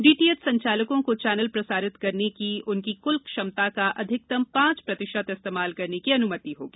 DTH संचालकों को channel प्रसारित करने की उनकी कुल क्षमता का अधिकतम पांच प्रतिशत इस्तेमाल करने की अनुमति होगी